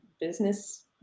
business